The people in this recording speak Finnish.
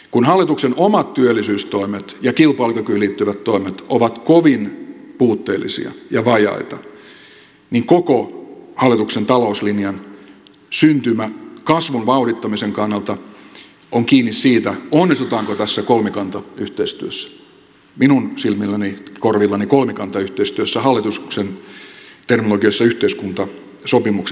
kun hallituksen omat työllisyystoimet ja kilpailukykyyn liittyvät toimet ovat kovin puutteellisia ja vajaita niin koko hallituksen talouslinjan syntymä kasvun vauhdittamisen kannalta on kiinni siitä onnistutaanko tässä kolmikantayhteistyössä minun korvillani kolmikantayhteistyössä hallituksen terminologiassa yhteiskuntasopimuksen aikaansaamisessa